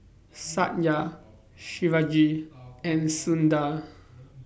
Satya Shivaji and Sundar